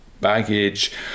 baggage